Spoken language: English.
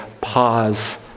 pause